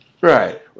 Right